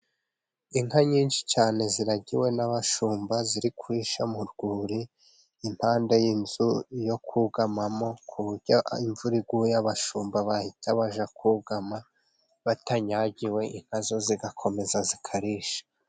Inka nyinshi cyane ziragiwe n'abashumba, ziri kurisha mu rwuri, impande y'inzu yo kugamamo, ku buryo imvura iguye abashumba bahita bajya kugama batanyagiwe, inka zo zigakomeza zikarisha.